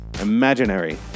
Imaginary